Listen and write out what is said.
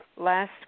Last